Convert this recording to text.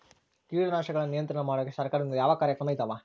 ಕೇಟನಾಶಕಗಳ ನಿಯಂತ್ರಣ ಮಾಡೋಕೆ ಸರಕಾರದಿಂದ ಯಾವ ಕಾರ್ಯಕ್ರಮ ಇದಾವ?